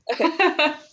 Okay